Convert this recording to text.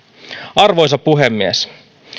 arvoisa puhemies